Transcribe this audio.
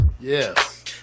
Yes